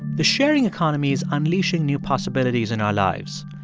the sharing economy is unleashing new possibilities in our lives.